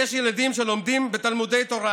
ויש ילדים שלומדים בתלמודי תורה,